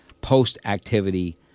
post-activity